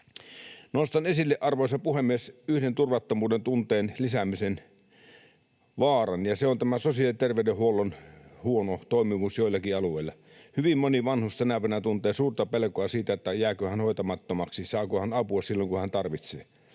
Nostan esille, arvoisa puhemies, yhden turvattomuuden tunteen lisääntymisen vaaran, ja se on sosiaali- ja terveydenhuollon huono toimivuus joillakin alueilla. Hyvin moni vanhus tänä päivänä tuntee suurta pelkoa siitä, jääkö hän hoitamattomaksi, saako hän apua silloin kun hän tarvitsee.